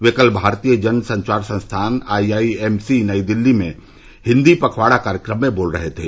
वे कल भारतीय जन संचार संस्थान I I M C Nai Delhi में हिंदी पखवाड़ा कार्यक्रम में बोल रहे थे